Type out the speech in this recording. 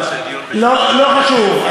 לא חשוב,